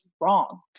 wrong